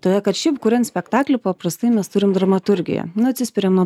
todėl kad šiaip kuriant spektaklį paprastai mes turim dramaturgiją na atsispiriam nuo